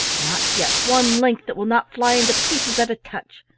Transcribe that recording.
not yet one link that will not fly into pieces at a touch.